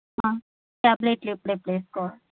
టాబ్లెట్లు ఎప్పుడెప్పుడు వేసుకోవాలి